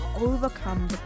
overcome